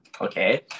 okay